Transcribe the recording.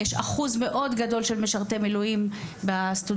יש אחוז מאוד גדול של משרתי מילואים וסטודנטים